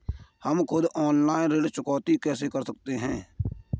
हम खुद ऑनलाइन ऋण चुकौती कैसे कर सकते हैं?